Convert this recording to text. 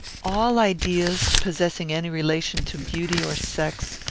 all ideas, possessing any relation to beauty or sex,